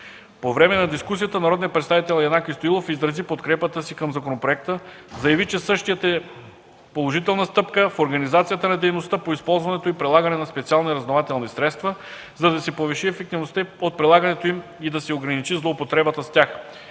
По време на дискусията народният представител Янаки Стоилов изрази подкрепата си към законопроекта. Заяви, че същият е положителна стъпка в организацията на дейността по използване и прилагане на специални разузнавателни средства, за да се повиши ефективността от прилагането им и да се ограничи злоупотребата с тях.